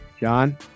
John